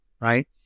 right